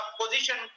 position